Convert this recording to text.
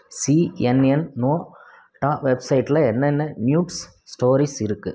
CNN னோடா வெப்சைட்டில் என்னென்ன நியூட்ஸ் ஸ்டோரிஸ் இருக்குது